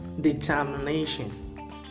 determination